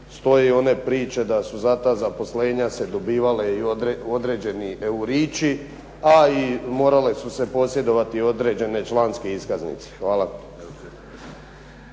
stoje one priče da su za ta zaposlenja se dobivale određeni eurići, ali morale su se posjedovati određene članske iskaznice. Hvala.